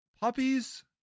Puppies